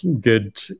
good